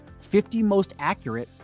50mostaccurate